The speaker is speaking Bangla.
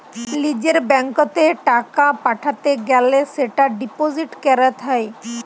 লিজের ব্যাঙ্কত এ টাকা পাঠাতে গ্যালে সেটা ডিপোজিট ক্যরত হ্য়